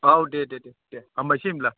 औ दे दे दे हामबायसै होनब्ला